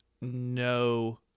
no